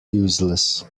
useless